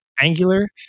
angular